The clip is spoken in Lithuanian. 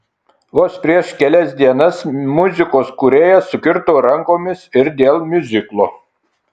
vos prieš kelias dienas muzikos kūrėjas sukirto rankomis ir dėl miuziklo